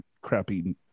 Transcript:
crappy